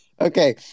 Okay